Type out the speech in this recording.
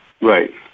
Right